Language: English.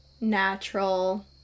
natural